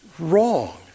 wrong